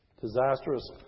Disastrous